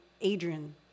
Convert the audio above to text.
Adrian